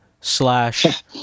slash